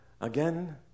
Again